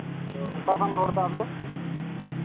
ᱟᱫᱚ ᱚᱠᱟ ᱠᱷᱚᱱᱮᱢ ᱨᱚᱲᱫᱟ ᱟᱢᱫᱚ